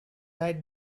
write